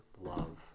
love